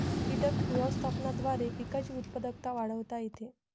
कीटक व्यवस्थापनाद्वारे पिकांची उत्पादकता वाढवता येते